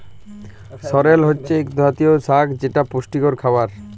সরেল হছে ইক জাতীয় সাগ যেট পুষ্টিযুক্ত খাবার